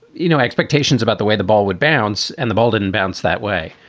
you know, expectations about the way the ball would bounce and the ball didn't bounce that way.